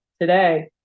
today